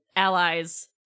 Allies